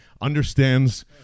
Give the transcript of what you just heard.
understands